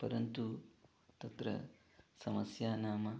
परन्तु तत्र समस्या नाम